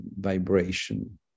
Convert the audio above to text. vibration